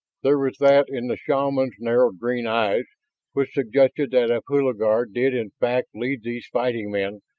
there was that in the shaman's narrowed green eyes which suggested that if hulagur did in fact lead these fighting men,